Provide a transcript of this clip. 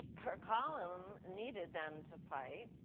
her column needed them to fight,